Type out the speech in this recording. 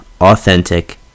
authentic